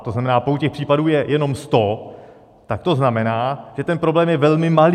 To znamená, pokud těch případů je jenom sto, tak to znamená, že ten problém je velmi malý.